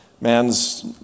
man's